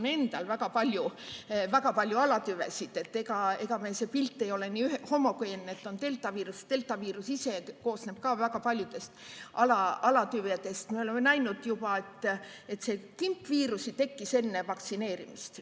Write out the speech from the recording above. sees on väga palju alatüvesid. See pilt ei ole nii homogeenne, et on deltaviirus. Deltaviirus ise koosneb väga paljudest alatüvedest. Me oleme näinud, et see kimp viirusi tekkis enne vaktsineerimist